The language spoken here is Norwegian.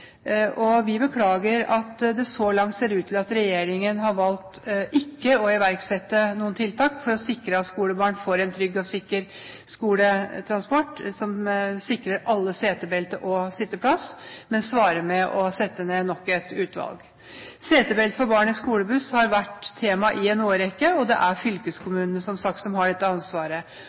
Vi beklager at det så langt ser ut til at regjeringen har valgt ikke å iverksette noen tiltak for å sikre at alle skolebarn får en trygg og sikker skoletransport, som sikrer alle setebelte og sitteplass, men svarer med å sette ned nok et utvalg. Setebelte for barn i skolebuss har vært tema i en årrekke, og det er som sagt fylkeskommunene som har dette ansvaret.